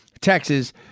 Texas